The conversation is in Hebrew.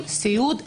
סיעוד,